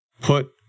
put